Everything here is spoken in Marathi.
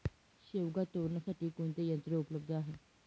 शेवगा तोडण्यासाठी कोणते यंत्र उपलब्ध आहे?